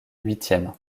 huitième